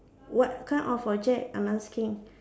what kind of object I'm asking